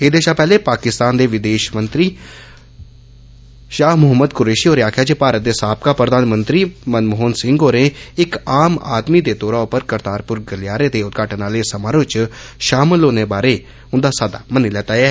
एहदे शा पैहले पाकिस्तान दे विदेश मंत्री शाह म्हम्मद क्रेशी होरें आक्खेया जे भारत दे साबका प्रधानमंत्री मनमोहन सिंह होरें इक आम आदमी दे तौरा पर करतारप्र गलियारें दे उदघाटन आले समारोह च शामल होने बारै उन्दा साद्दा मन्नी लैता ऐ